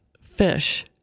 Fish